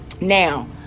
now